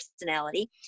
personality